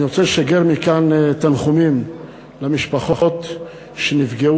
אני רוצה לשגר מכאן תנחומים למשפחות שנפגעו